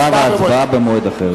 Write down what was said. תשובה והצבעה במועד אחר.